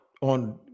on